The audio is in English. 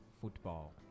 football